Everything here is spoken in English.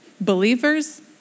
believers